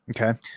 okay